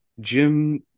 Jim